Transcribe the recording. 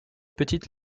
petite